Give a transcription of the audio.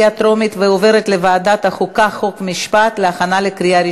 לוועדה שתקבע ועדת הכנסת נתקבלה.